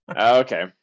okay